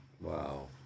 wow